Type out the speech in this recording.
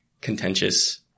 contentious